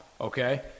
okay